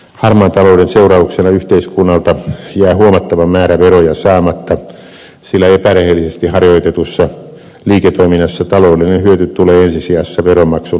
harmaan talouden seurauksena yhteiskunnalta jää huomattava määrä veroja saamatta sillä epärehellisesti harjoitetussa liiketoiminnassa taloudellinen hyöty tulee ensi sijassa veronmaksun laiminlyönnistä